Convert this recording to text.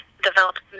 Developed